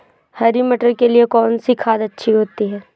हरी मटर के लिए कौन सी खाद अच्छी होती है?